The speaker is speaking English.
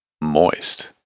Moist